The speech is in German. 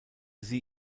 sie